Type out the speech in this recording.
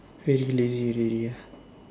really lazy already ah